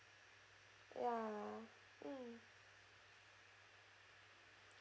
ya mm